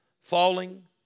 Falling